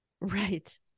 Right